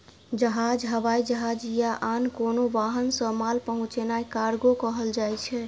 जहाज, हवाई जहाज या आन कोनो वाहन सं माल पहुंचेनाय कार्गो कहल जाइ छै